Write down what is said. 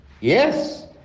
yes